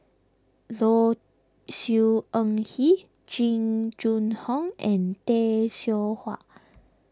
Low Siew Nghee Jing Jun Hong and Tay Seow Huah